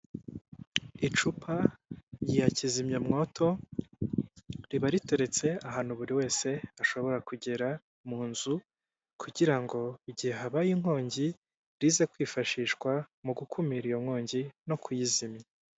Icupa rya kizimyamwoto riba riteretse ahantu buri wese ashobora kugera mu nzu, kugira ngo igihe habaye inkongi riza kwifashishwa mu gukumira iyo nkongi no kuyizimya.